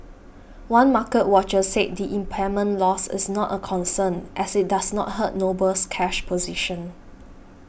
one market watcher said the impairment loss is not a concern as it does not hurt Noble's cash position